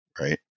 right